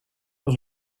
was